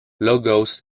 logos